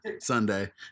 Sunday